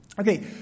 Okay